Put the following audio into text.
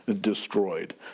destroyed